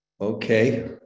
Okay